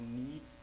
need